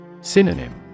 Synonym